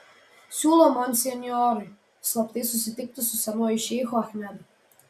siūlo monsinjorui slaptai susitikti su senuoju šeichu achmedu